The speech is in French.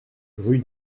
rue